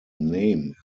name